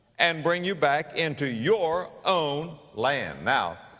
and bring you back into your own land. now,